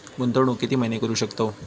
गुंतवणूक किती महिने करू शकतव?